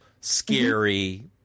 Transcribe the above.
scary